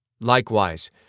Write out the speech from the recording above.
Likewise